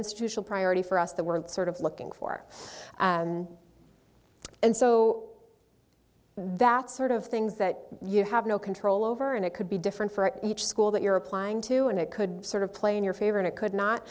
institutional priority for us the world sort of looking for and and so that sort of things that you have no control over and it could be different for each school that you're applying to and it could sort of play in your favor and it could not